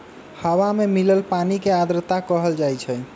हवा में मिलल पानी के आर्द्रता कहल जाई छई